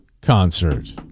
concert